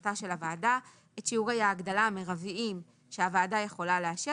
שיעורי ההגדלה המרביים שהוועדה יכולה לאשר